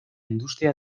industria